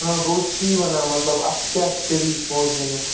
ہاں بہٕ اوسُس تی وَنان مطلب اَتھ کیٛاہ چھِ طٔریٖقہٕ پونٛسہٕ دِنُک